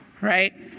right